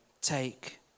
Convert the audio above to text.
take